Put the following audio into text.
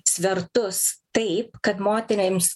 svertus taip kad moterims